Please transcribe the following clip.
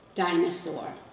dinosaur